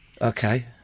Okay